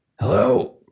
Hello